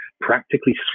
practically